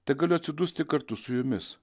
tegaliu atsidusti kartu su jumis